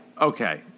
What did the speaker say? Okay